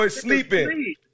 sleeping